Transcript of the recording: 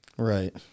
Right